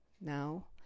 Now